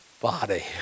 body